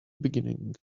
beginning